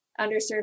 underserved